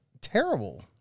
terrible